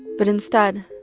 but instead,